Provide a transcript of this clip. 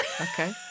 Okay